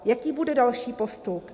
Jaký bude další postup?